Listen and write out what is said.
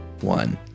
one